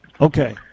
Okay